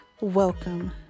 welcome